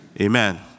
Amen